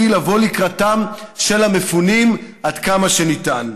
לבוא לקראתם של המפונים עד כמה שניתן.